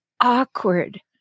awkward